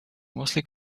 mostly